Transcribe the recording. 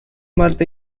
marta